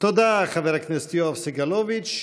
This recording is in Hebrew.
תודה, חבר הכנסת יואב סגלוביץ'.